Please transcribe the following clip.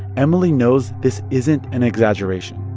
emily knows this isn't an exaggeration,